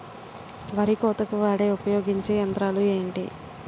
వరి కోతకు వాడే ఉపయోగించే యంత్రాలు ఏంటి?